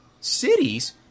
Cities